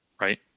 right